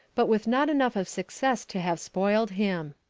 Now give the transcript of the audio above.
but with not enough of success to have spoiled him.